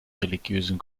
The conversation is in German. religiösen